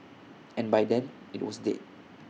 and by then IT was dead